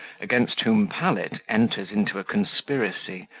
against whom pallet enters into a conspiracy,